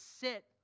sit